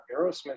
aerosmith